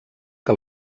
que